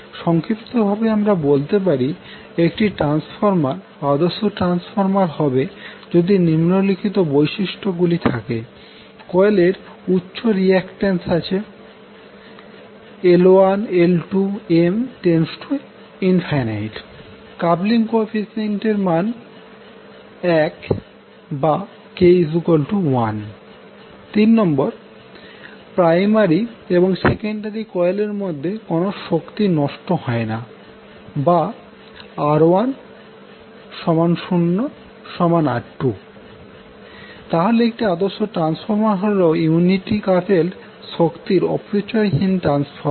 সংক্ষিপ্তভাবে আমরা বলতে পারি একটি ট্রান্সফর্মার আদর্শ ট্রান্সফর্মার হবে যদি নিম্নলিখিত বৈশিষ্ট্যগুলি থাকে কোয়েলের উচ্চ রিয়্যাকট্যান্স আছে L1L2M→∞ কাপলিং কোইফিশিয়েন্ট এর মান 1k1 প্রাইমারি এবং সেকেন্ডারি কোয়েলের মধ্যে কোন শক্তি নষ্ট হয় না R10R2 তাহলে একটি আদর্শ ট্রান্সফর্মার হল ইউনিটি কাপেলড শক্তির অপচয়হীন ট্রান্সফর্মার